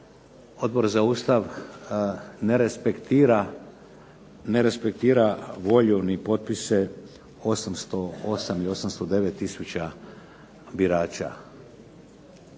Odbor za Ustav ne respektira volju ni potpisa 808 ili 809 tisuća birača.